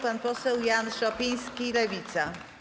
Pan poseł Jan Szopiński, Lewica.